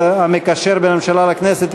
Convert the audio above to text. המקשר בין הממשלה לכנסת,